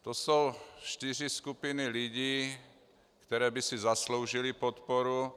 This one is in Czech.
To jsou čtyři skupiny lidí, které by si zasloužily podporu.